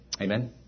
Amen